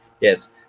Yes